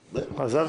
בסדר, על זה הוויכוח.